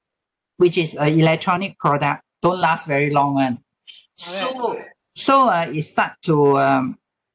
which is a electronic product don't last very long [one] so so ah it start to um